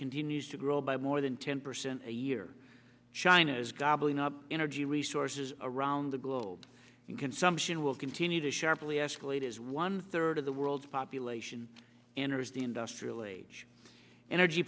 continues to grow by more than ten percent a year china is gobbling up energy resources around the globe and consumption will continue to sharply escalate as one third of the world's population enters the industrial age energy